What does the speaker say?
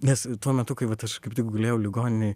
nes tuo metu kai vat aš kaip tik gulėjau ligoninėj